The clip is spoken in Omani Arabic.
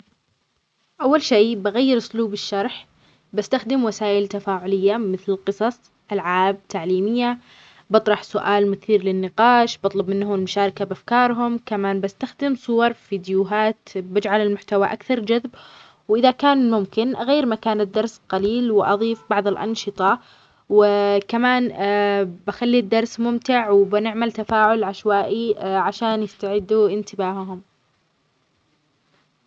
إذا فقد طلابي انتباههم، راح أستخدم طرق جديدة لجذب انتباههم مثل تغيير أسلوب الشرح أو إدخال أنشطة تفاعلية. مثلاً، ممكن أطرح عليهم سؤال مثير أو أستخدم وسائل تعليمية مثل الفيديوهات أو العروض التقديمية. كمان، بحاول أكون حيوي وأشجعهم على المشاركة الفعّالة في الدرس.